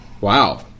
Wow